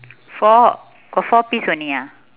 four got four piece only ah